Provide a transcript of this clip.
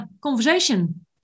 conversation